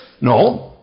No